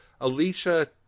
alicia